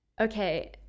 Okay